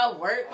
work